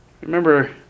Remember